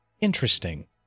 interesting